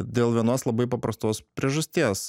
dėl vienos labai paprastos priežasties